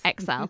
XL